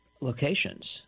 locations